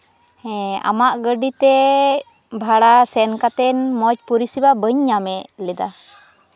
ᱦᱮᱸ ᱟᱢᱟᱜ ᱜᱟᱹᱰᱤᱛᱮ ᱵᱷᱟᱲᱟ ᱥᱮᱱ ᱠᱟᱛᱮ ᱢᱚᱡᱽ ᱯᱚᱨᱤᱥᱮᱵᱟ ᱵᱟᱹᱧ ᱧᱟᱢ ᱞᱮᱫᱟ